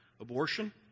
Abortion